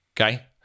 okay